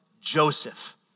Joseph